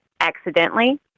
accidentally